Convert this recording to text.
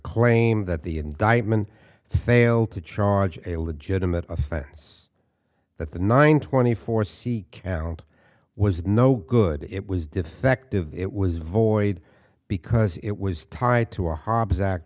claim that the indictment failed to charge a legitimate offense that the nine twenty four c count was no good it was defective it was void because it was tied to a hob